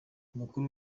umukuru